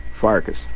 Farkas